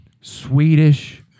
Swedish